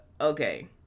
Okay